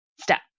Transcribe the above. step